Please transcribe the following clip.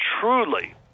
truly